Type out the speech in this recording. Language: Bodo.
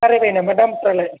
बारायबाय नामा दामफ्रालाय